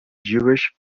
jewish